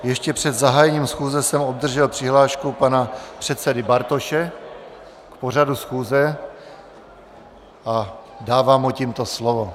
Ještě před zahájením schůze jsem obdržel přihlášku pana předsedy Bartoše k pořadu schůze a dávám mu tímto slovo.